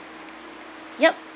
ya